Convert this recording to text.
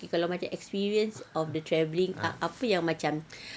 okay kalau the experience of the travelling apa yang macam